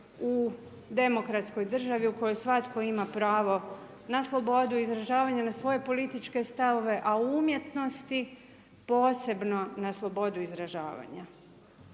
u demokratskoj državi u kojoj svatko ima pravo na slobodu izražavanja, na svoje političke stavove, a u umjetnosti posebno na slobodu izražavanja.